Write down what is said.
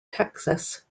texas